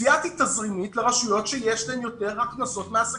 סייעתי תזרימית לרשויות שיש להן יותר הכנסות מעסקים.